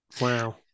Wow